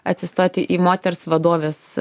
atsistoti į moters vadovės